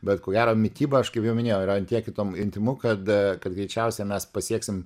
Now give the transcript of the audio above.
bet ko gero mityba aš kaip jau minėjau yra an tiek intom intymu kad ta kad greičiausia mes pasieksim